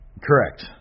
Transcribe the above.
Correct